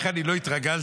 איך לא התרגלתי,